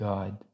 God